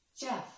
Jeff